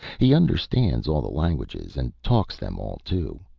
he understands all the languages, and talks them all, too.